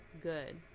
good